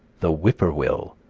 the whip-poor-will,